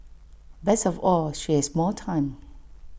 best of all she has more time